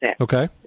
Okay